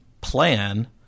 plan